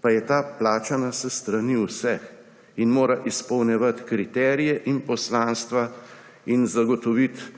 pa je ta plačana s strani vseh in mora izpolnjevati kriterije in poslanstva in zagotoviti